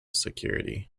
security